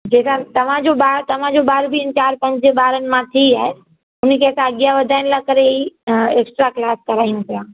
जेका तव्हांजो ॿारु तव्हांजो ॿारु बि हिन चार पंज ॿारनि मां ही आहे हिन खे असां अॻियां वधाइण लाइ करे ई ऐक्स्ट्रा क्लास करायूं पिया